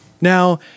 now